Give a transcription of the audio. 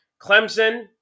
Clemson